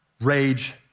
rage